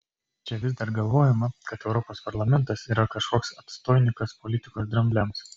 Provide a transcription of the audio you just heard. čia vis dar galvojama kad europos parlamentas yra kažkoks atstoinikas politikos drambliams